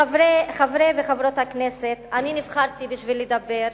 חברי וחברות הכנסת, אני נבחרתי בשביל לדבר,